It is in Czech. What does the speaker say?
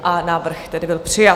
A návrh tedy byl přijat.